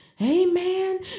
amen